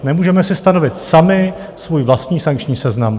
Nemůžeme si stanovit sami svůj vlastní sankční seznam.